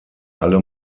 alle